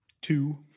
Two